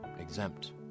exempt